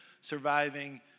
surviving